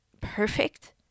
perfect